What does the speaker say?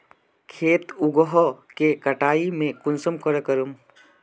खेत उगोहो के कटाई में कुंसम करे करूम?